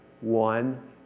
one